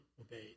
obeyed